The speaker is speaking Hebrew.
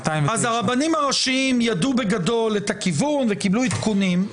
209. הרבנים הראשיים ידעו בגדול את הכיוון וקיבלו עדכונים.